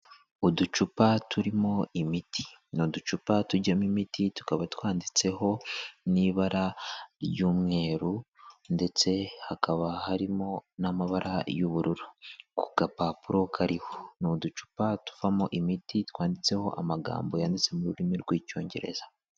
Uducupa turimo imiti. Ni uducupa tujyamo imiti tukaba twanditseho n'ibara ry'umweru ndetse hakaba harimo n'amabara y'ubururu ku gapapuro kariho. Ni uducupa tuvamo imiti twanditseho amagambo yanditse mu rurimi rw'icyongereza.